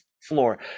floor